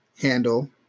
handle